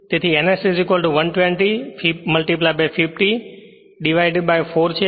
તેથી ns 120 50 divided 4 છે